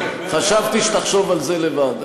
חשבתי שתחשוב על זה לבד,